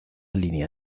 línea